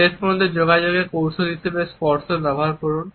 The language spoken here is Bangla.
শেষ পর্যন্ত যোগাযোগের কৌশল হিসাবে স্পর্শ ব্যবহার করুন